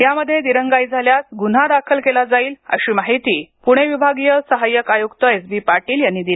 यामधे दिरंगाई झाल्यास गुन्हा दाखल केला जाईल आशी माहिती पुणे विभागीय सहायक आयुक्त एस बी पाटील यांनी दिली